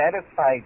satisfied